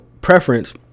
preference